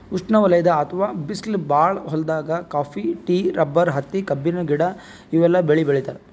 ಉಷ್ಣವಲಯದ್ ಅಥವಾ ಬಿಸ್ಲ್ ಭಾಳ್ ಹೊಲ್ದಾಗ ಕಾಫಿ, ಟೀ, ರಬ್ಬರ್, ಹತ್ತಿ, ಕಬ್ಬಿನ ಗಿಡ ಇವೆಲ್ಲ ಬೆಳಿ ಬೆಳಿತಾರ್